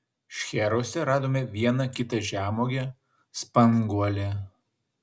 šcheruose radome vieną kitą žemuogę spanguolę